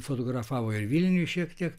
fotografavo ir vilniuj šiek tiek